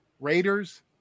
Raiders